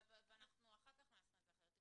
אבל אחר כך נעשה את זה אחרת.